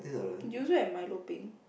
do you also have Milo peng